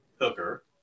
Hooker